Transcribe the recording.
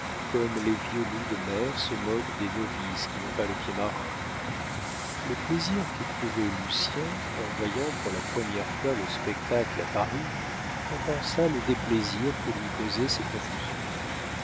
comme les vieux loups de mer se moquent des novices qui n'ont pas le pied marin le plaisir qu'éprouvait lucien en voyant pour la première fois le spectacle à paris compensa le déplaisir que lui causaient ses confusions